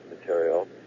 material